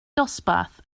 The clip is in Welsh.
dosbarth